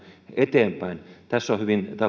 eteenpäin tässä on